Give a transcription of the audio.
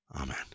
Amen